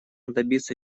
добиться